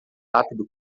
rápido